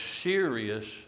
serious